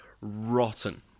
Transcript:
rotten